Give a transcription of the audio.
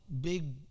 big